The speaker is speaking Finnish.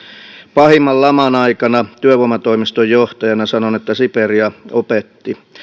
pahimman laman aikana työvoimatoimiston johtajana sanon että siperia opetti